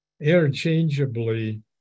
interchangeably